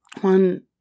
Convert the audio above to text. one